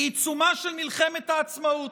בעיצומה של מלחמת העצמאות,